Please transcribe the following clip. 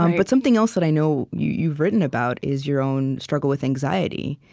um but something else that i know you've written about is your own struggle with anxiety.